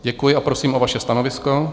Děkuji a prosím o vaše stanovisko.